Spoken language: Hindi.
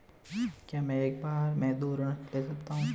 क्या मैं एक बार में दो ऋण ले सकता हूँ?